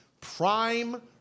prime